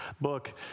book